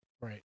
Right